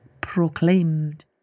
proclaimed